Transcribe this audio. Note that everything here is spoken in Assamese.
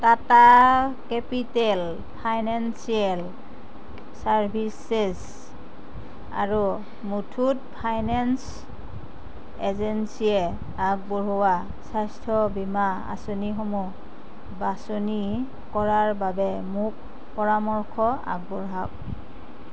টাটা কেপিটেল ফাইনেন্সিয়েল চাৰ্ভিচেছ আৰু মুথুত ফাইনেন্স এজেঞ্চিয়ে আগবঢ়োৱা স্বাস্থ্য বীমা আঁচনিসমূহ বাছনি কৰাৰ বাবে মোক পৰামৰ্শ আগবঢ়াওক